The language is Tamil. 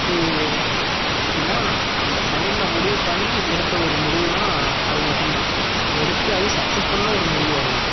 இது எப்படின்னா அந்த செகண்ட் நான் முடிவு பண்ணி எடுத்த ஒரு முடிவுனால் அது மட்டும் தான் எடுத்து அதுவும் சக்சஸ் பண்ண ஒரு முடிவு அதுதான்